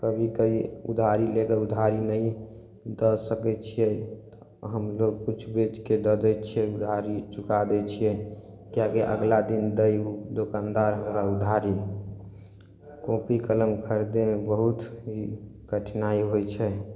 कभी कभी उधारी लेकर उधारी नहि दऽ सकै छियै हमलोग किछु बेच कए दऽ दै छियै उधारी चुका दै छियै किएकी अगला दिन दै दोकनदार हमरा उधारी कोपी कलम खरदै लए बहुत कठिनाइ होइ छै